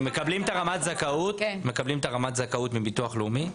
מקבלים את רמת הזכאות מביטוח לאומי.